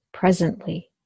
Presently